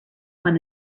one